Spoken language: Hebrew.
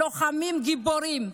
לוחמים גיבורים.